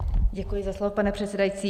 Děkuji za slovo, pane předsedající.